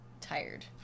tired